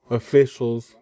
officials